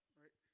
right